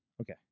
Okay